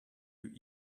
you